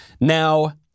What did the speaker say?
Now